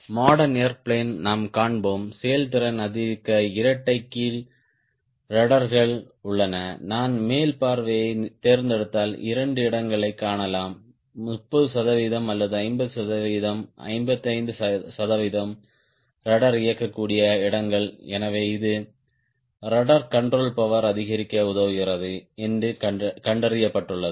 modern airplane நாம் காண்போம் செயல்திறனை அதிகரிக்க இரட்டை கீல் ரடர்கள் உள்ளன நான் மேல் பார்வையைத் தேர்ந்தெடுத்தால் இரண்டு இடங்களைக் காணலாம் 30 சதவிகிதம் அல்லது 50 சதவிகிதம் 55 சதவிகிதம் ரட்ட்ர் இயக்கக்கூடிய இடங்கள் எனவே இது ரட்ட்ர் கண்ட்ரோல் பவர் அதிகரிக்க உதவுகிறது என்று கண்டறியப்பட்டுள்ளது